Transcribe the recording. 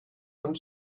von